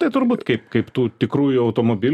tai turbūt kaip kaip tų tikrųjų automobilių